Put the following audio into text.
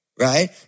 Right